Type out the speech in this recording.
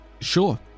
Sure